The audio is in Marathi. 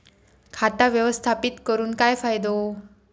खाता व्यवस्थापित करून काय फायदो?